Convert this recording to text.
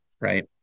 right